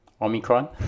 Omicron